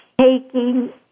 taking